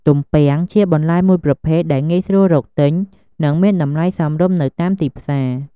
ទំពាំងជាបន្លែមួយប្រភេទដែលងាយស្រួលរកទិញ និងមានតម្លៃសមរម្យនៅតាមទីផ្សារ។